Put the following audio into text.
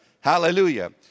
Hallelujah